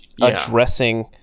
addressing